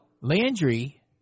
Landry